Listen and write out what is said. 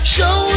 Show